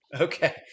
Okay